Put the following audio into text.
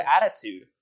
attitude